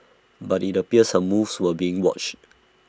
but IT appears her moves were being watched